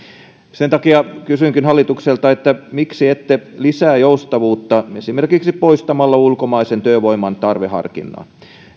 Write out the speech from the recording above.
sen takia kysynkin hallitukselta miksi ette lisää joustavuutta esimerkiksi poistamalla ulkomaisen työvoiman tarveharkinnan